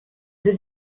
deux